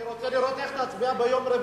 אני רוצה לראות איך תצביע ביום רביעי,